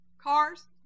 Cars